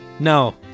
No